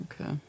Okay